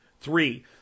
Three